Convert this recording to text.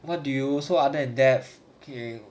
what do you so other than that k